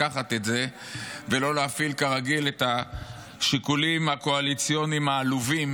לקחת את זה ולא להפעיל כרגיל את השיקולים הקואליציוניים העלובים